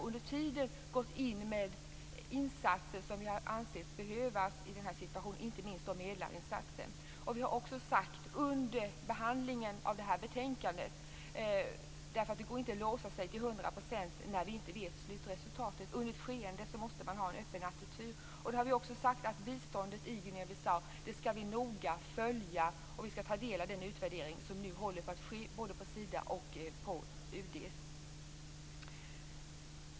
Under tiden har det skett insatser som behövs, inte minst medlarinsatser. Under behandlingen av betänkandet har vi sagt att det under ett skeende behövs en öppen attityd - det går inte att låsa sig till hundra procent när man inte vet slutresultatet. Vi skall noga följa upp biståndet till Guinea-Bissau. Vi skall ta del av den utvärdering som håller på att göras av Sida och UD.